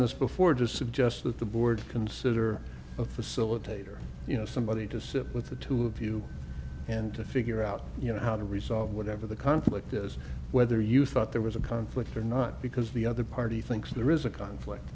this before to suggest that the board consider a facilitator you know somebody to sit with the two of you and to figure out you know how to resolve whatever the conflict is whether you thought there was a conflict or not because the other party thinks there is a conflict